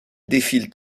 défilent